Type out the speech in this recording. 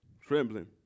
trembling